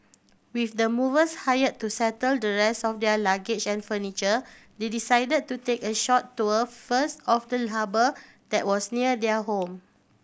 with the movers hire to settle the rest of their luggage and furniture they decide to take a short tour first of the harbour that was near their home